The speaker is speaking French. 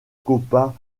copa